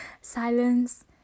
silence